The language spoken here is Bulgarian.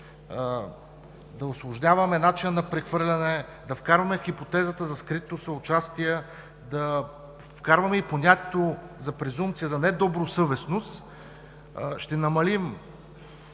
да усложняваме начина на прехвърляне, да вкарваме хипотезата за скрито съучастие, да вкарваме и понятието „презумпция за недобросъвестност“, ще намалим